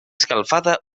escalfada